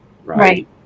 Right